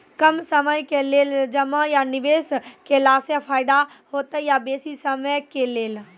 कम समय के लेल जमा या निवेश केलासॅ फायदा हेते या बेसी समय के लेल?